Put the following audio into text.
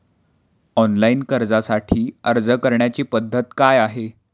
Online कर्जासाठी अर्ज करण्याची पद्धत काय आहे?